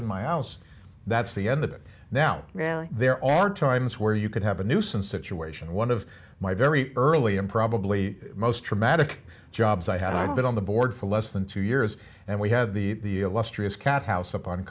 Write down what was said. in my house that's the end of it now there are times where you could have a nuisance situation one of my very early and probably most traumatic jobs i had i'd been on the board for less than two years and we had the illustrious cat house up on